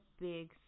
big